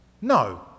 no